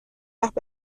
وقت